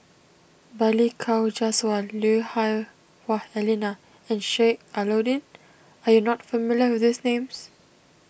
Balli Kaur Jaswal Lui Hah Wah Elena and Sheik Alau'ddin are you not familiar with these names